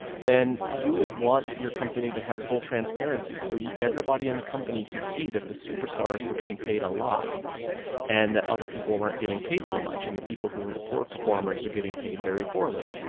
then you would want your company to have full transparency so everybody in the company could see that the superstars were getting paid a lot and that other people weren't getting paid so much, and the people who are the poor performers are getting paid very poorly.